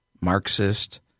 Marxist